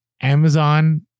Amazon